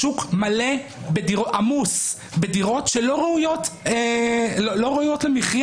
השוק עמוס בדירות שלא ראויות למחיה,